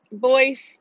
voice